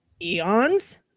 eons